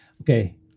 Okay